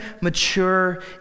mature